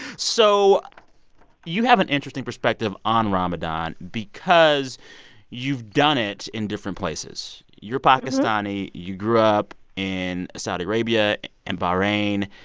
so you have an interesting perspective on ramadan because you've done it in different places. you're pakistani. you grew up in saudi arabia and bahrain,